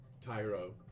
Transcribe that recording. Tyro